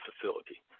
facility